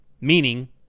Meaning